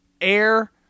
air